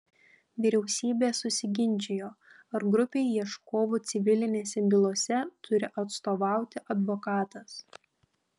vyriausybė susiginčijo ar grupei ieškovų civilinėse bylose turi atstovauti advokatas